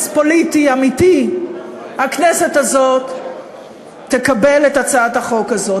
פוליטי אמיתי הכנסת הזאת תקבל את הצעת החוק הזאת.